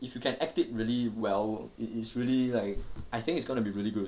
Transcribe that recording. if you can act it really well it is really like I think it's gonna be really good